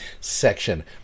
section